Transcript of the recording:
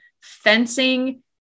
fencing